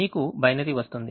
మీకు బైనరీ వస్తుంది